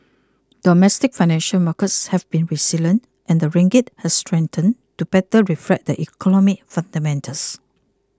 domestic financial markets have been resilient and the ringgit has strengthened to better reflect the economic fundamentals